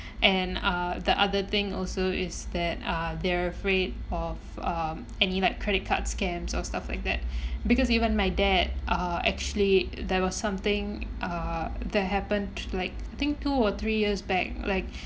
and uh the other thing also is that uh they're afraid of um any like credit card scams or stuff like that because even my dad uh actually there was something uh that happened t~ like I think two or three years back like